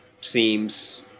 seems